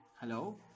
Hello